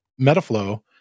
Metaflow